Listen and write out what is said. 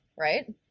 right